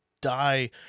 die